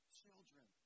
children